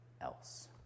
else